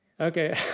Okay